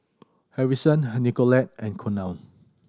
Harrison Nicolette and Colonel